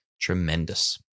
Tremendous